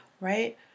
right